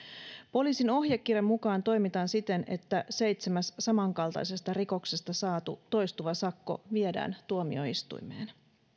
poliisin ohjekirjan mukaan toimitaan siten että seitsemäs samankaltaisesta rikoksesta saatu toistuva sakko viedään tuomioistuimeen